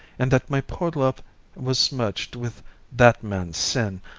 and that my poor love was smirched with that man's sin,